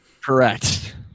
Correct